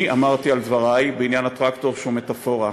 אני אמרתי על דברי בעניין הטרקטור שהוא מטפורה,